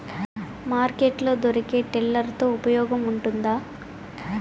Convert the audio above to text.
Market లో దొరికే tiller తో ఉపయోగం ఉంటుందా?